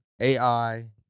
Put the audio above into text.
AI